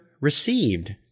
received